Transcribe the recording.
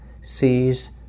sees